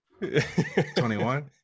21